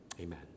Amen